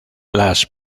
las